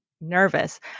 nervous